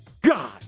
God